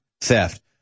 theft